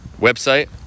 website